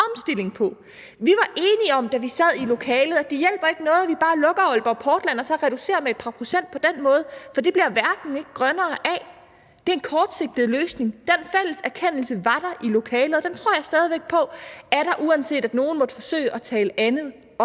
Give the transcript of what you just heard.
omstilling på. Vi var enige om, da vi sad i lokalet, at det ikke hjælper noget, at vi bare lukker Aalborg Portland og så reducerer med et par procent på den måde, for det bliver verden ikke grønnere af. Det er en kortsigtet løsning. Den fælles erkendelse var der i lokalet, og den tror jeg stadigvæk på er der, uanset at nogle måtte forsøge at tale andet op.